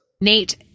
Nate